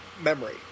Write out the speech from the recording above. memory